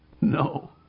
No